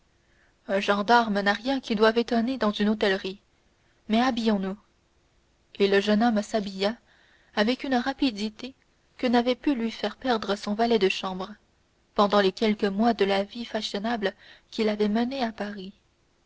un gendarme n'a rien qui doive étonner dans une hôtellerie mais habillons-nous et le jeune homme s'habilla avec une rapidité que n'avait pu lui faire perdre son valet de chambre pendant les quelques mois de la vie fashionable qu'il avait menée à paris